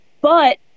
But-